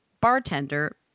bartender